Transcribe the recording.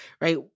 right